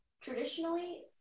traditionally